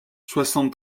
soixante